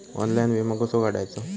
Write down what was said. Online विमो कसो काढायचो?